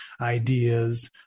ideas